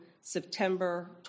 September